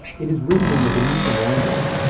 it is written in the venetian language.